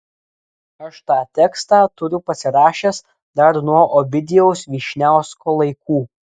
aš tą tekstą turiu pasirašęs dar nuo ovidijaus vyšniausko laikų